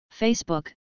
Facebook